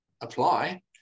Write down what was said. apply